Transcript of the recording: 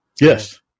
Yes